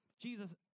Jesus